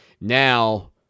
now